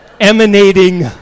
emanating